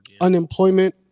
unemployment